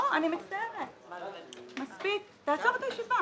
מחדש את הישיבה.